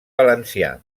valencià